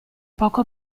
poco